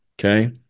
okay